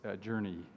journey